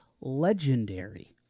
legendary